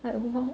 at home